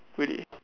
really